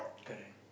correct